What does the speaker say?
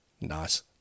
nice